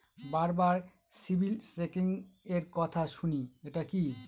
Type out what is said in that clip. বারবার সিবিল চেকিংএর কথা শুনি এটা কি?